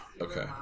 Okay